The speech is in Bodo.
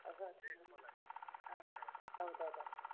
ओहो थाङा औ औ दे दे